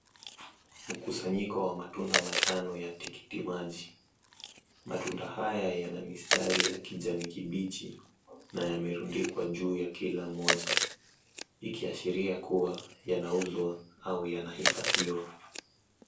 Mkusanyiko wa matunda matano ya tikiti maji. Matunda haya yana mistari ya kijani kibichi na yamerundikwa juu ya kila moja, ikiashiria kuwa yanauzwa au yanahifadhiwa.